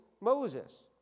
Moses